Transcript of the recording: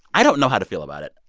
i don't know how to feel about it.